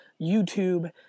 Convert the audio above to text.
YouTube